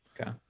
Okay